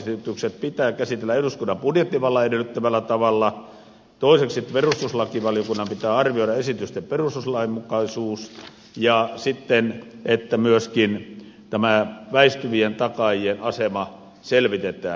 yksittäiset takausesitykset pitää käsitellä eduskunnan budjettivallan edellyttämällä tavalla toiseksi perustuslakivaliokunnan pitää arvioida esitysten perustuslainmukaisuus ja sitten myöskin tämä väistyvien takaajien asema selvitetään